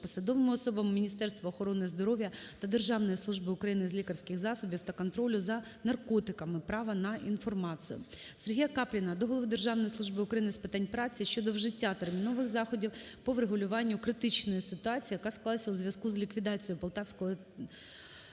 посадовими особами Міністерства охорони здоров'я та Державної служби України з лікарських засобів та контролю за наркотиками права на інформацію. Сергія Капліна до голови Державної служби України з питань праці щодо вжиття термінових заходів по врегулюванню критичної ситуації, яка склалася у зв'язку з ліквідацією Полтавського